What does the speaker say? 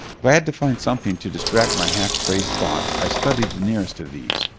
glad to find something to distract my half crazed thoughts, i studied the nearest of these.